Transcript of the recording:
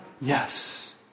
Yes